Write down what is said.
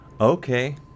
Okay